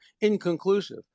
inconclusive